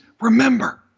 remember